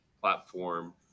platform